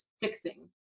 fixing